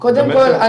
קודם כל,